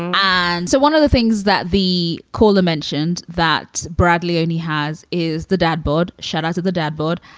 and so one of the things that the caller mentioned that bradley only has is the dashboard, shadows of the dashboard,